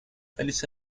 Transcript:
ladies